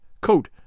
coat